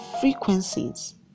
frequencies